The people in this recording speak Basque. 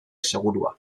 segurua